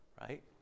right